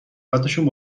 قدشون